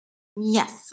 Yes